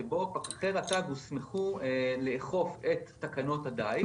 שבו פקחי רט"ג הוסמכו לאכוף את תקנות הדייג.